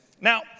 Now